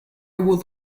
would